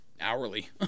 hourly